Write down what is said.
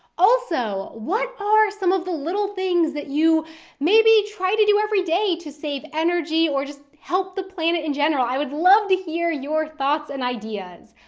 also what are some of the little things that you maybe try to do every day to save energy or just help the planet in general? i would love to hear your thoughts and ideas.